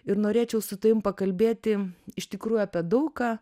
ir norėčiau su tavim pakalbėti iš tikrųjų apie daug ką